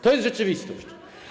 To jest rzeczywistość.